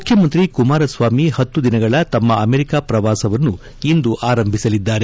ಮುಖ್ಯಮಂತ್ರಿ ಕುಮಾರಸ್ವಾಮಿ ಹತ್ತು ದಿನಗಳ ತಮ್ಮ ಅಮೆರಿಕ ಪ್ರವಾಸವನ್ನುಇಂದು ಆರಂಭಿಸಲಿದ್ದಾರೆ